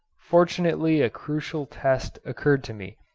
fortunately a crucial test occurred to me,